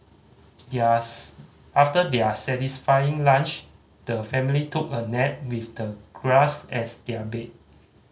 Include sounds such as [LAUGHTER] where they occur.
there [UNINTELLIGIBLE] after their satisfying lunch the family took a nap with the grass as their bed